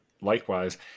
likewise